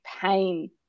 pain